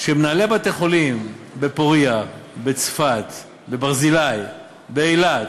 שמנהלי בתי-חולים בפוריה, בצפת, באילת,